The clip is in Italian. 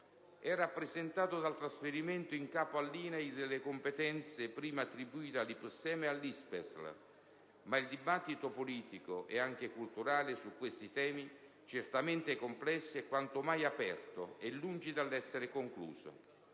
è rappresentato dal trasferimento in capo all'INAIL delle competenze prima attribuite all'IPSEMA e all'ISPESL, ma il dibattito politico e anche culturale su questi temi, certamente complessi, è quanto mai aperto e lungi dall'essere concluso.